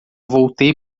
voltei